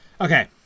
Okay